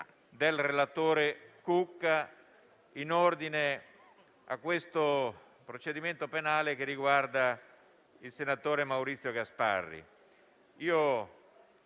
del relatore Cucca in ordine a questo procedimento penale che riguarda il senatore Maurizio Gasparri.